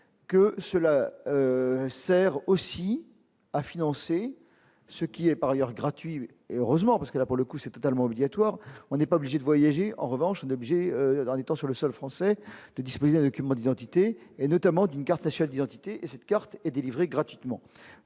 que cela sert aussi à financer ce qui est par ailleurs gratuit et heureusement parce que là pour le coup, c'est totalement obligatoire, on est pas obligé de voyager en revanche d'objets dans les temps sur le sol français de disposer, avec humour, d'identité et notamment d'une carte d'identité et cette carte est délivrée gratuitement,